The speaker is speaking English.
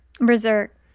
Berserk